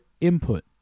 input